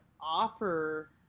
offer